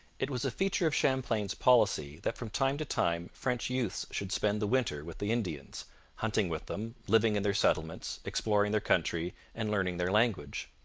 it was a feature of champlain's policy that from time to time french youths should spend the winter with the indians hunting with them, living in their settlements, exploring their country, and learning their language.